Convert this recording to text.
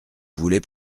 voulez